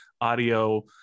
audio